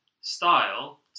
style